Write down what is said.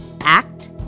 act